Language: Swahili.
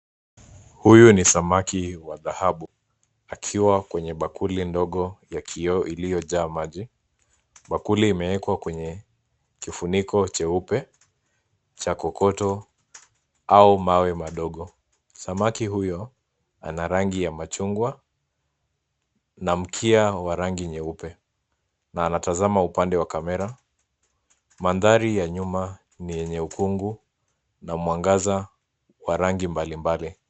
Huyu ni samaki wa dhahabu, akiwa kwenye bakuli ndogo ya kioo iliyojaa maji. Bakuli imeekwa kwenye kifuniko cheupe, cha kokoto au mawe madogo. Samaki huyo, ana rangi ya machungwa, na mkia wa rangi nyeupe, na anatazama upande wa kamera. Mandhari ya nyuma ni yenye ukungu, na mwangaza wa rangi mbalimbali.